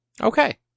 Okay